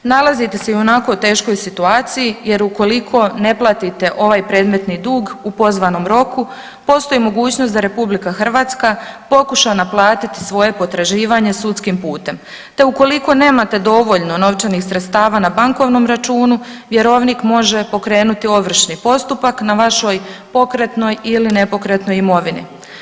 Nalazite se i u onako teškoj situaciji jer ukoliko ne platite ovaj predmetni rok u pozvanom roku postoji mogućnost da RH pokuša naplatiti svoje potraživanje sudskim putem, te ukoliko nemate dovoljno novčanih sredstava na bankovnom računu vjerovnik može pokrenuti ovršni postupak na vašoj pokretnoj ili nepokretno imovini.